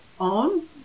own